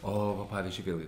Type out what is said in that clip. o va pavyzdžiui vėlgi